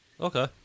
Okay